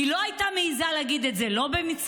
היא לא הייתה מעיזה להגיד את זה לא במצרים,